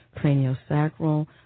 craniosacral